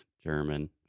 German